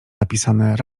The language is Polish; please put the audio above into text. napisane